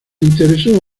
interesó